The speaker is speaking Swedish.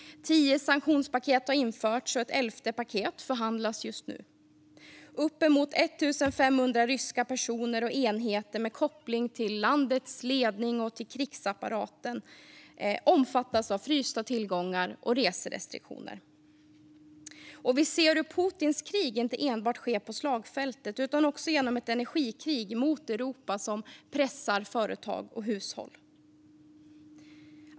Tio sanktionspaket har införts, och ett elfte paket förhandlas just nu. Uppemot 1 500 ryska personer och enheter med koppling till landets ledning och krigsapparaten har fått sina tillgångar frysta och omfattas av reserestriktioner. Vi ser hur Putins krig inte enbart utkämpas på slagfältet utan också genom ett energikrig mot Europa, som pressar företag och hushåll.